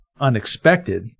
unexpected